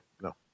no